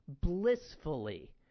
blissfully